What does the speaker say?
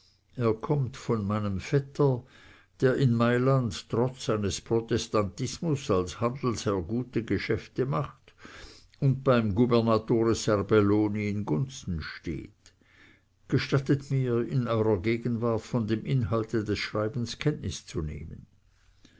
er kommt von meinem vetter der in malland trotz seines protestantismus als handelsherr gute geschäfte macht und beim gubernatore serbelloni in gunsten steht gestattet mir in eurer gegenwart von dem inhalte des schreibens kenntnis zu nehmen